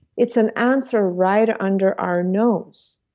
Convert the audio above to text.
it's an answer right ah under our nose.